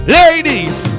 ladies